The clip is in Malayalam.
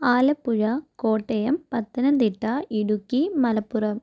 ആലപ്പുഴ കോട്ടയം പത്തനംതിട്ട ഇടുക്കി മലപ്പുറം